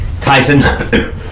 Tyson